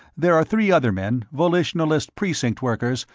there are three other men, volitionalist precinct workers,